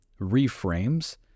reframes